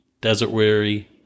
desert-weary